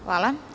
Hvala.